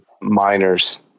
miners